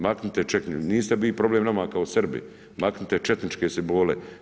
Maknite čet.., niste vi problem nama kao Srbi, maknite četničke simbole.